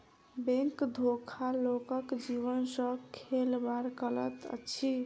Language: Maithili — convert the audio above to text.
बैंक धोखा लोकक जीवन सॅ खेलबाड़ अछि